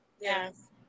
Yes